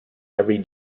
every